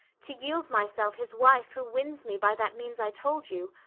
to yield myself his wife who wins me by that means i told you,